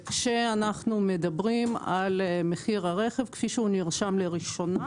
כשאנחנו מדברים על מחיר הרכב כפי שהוא נרשם לראשונה,